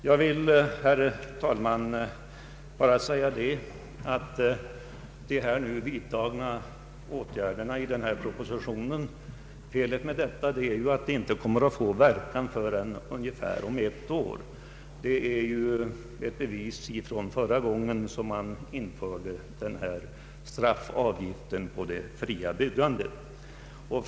Jag vill, herr talman, bara framhålla att felet med de i propositionen föreslagna åtgärderna är att de inte kommer att få någon verkan förrän om ungefär ett år. Detta bevisades förra gången en straffavgift på det fria byggandet infördes.